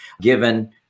given